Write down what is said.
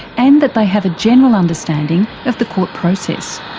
and that they have a general understanding of the court process.